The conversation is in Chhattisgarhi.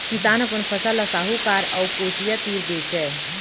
किसान अपन फसल ल साहूकार अउ कोचिया तीर बेचय